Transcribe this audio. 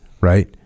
right